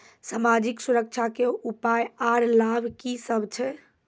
समाजिक सुरक्षा के उपाय आर लाभ की सभ छै?